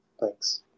Thanks